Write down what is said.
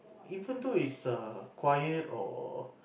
even though is err quiet or